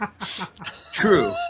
True